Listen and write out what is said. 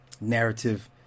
narrative